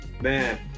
Man